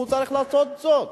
הוא צריך לעשות זאת,